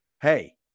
Hey